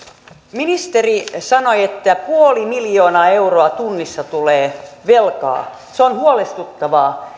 ministeri sanoi että puoli miljoonaa euroa tunnissa tulee velkaa se on huolestuttavaa